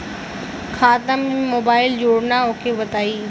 खाता में mobile number जोड़ना ओके बताई?